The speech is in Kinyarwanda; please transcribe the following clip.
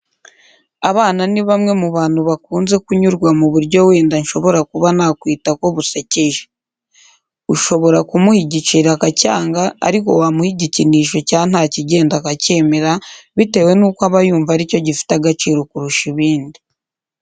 Abana ni bamwe mu bantu bakunze kunyurwa mu buryo wenda nshobora kuba nakwita ko busekeje. Ushobora kumuha igiceri akacyanga, ariko wamuha igikinisho cya nta kigenda akacyemera, bitewe n'uko aba yumva ari cyo gifite agaciro kurusha ibindi.